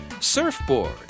surfboard